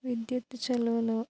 విద్యుత్ చలువలు